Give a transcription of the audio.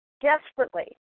desperately